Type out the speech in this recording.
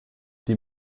die